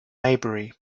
maybury